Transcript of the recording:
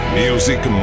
music